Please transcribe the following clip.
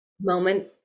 moment